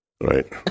Right